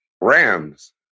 Rams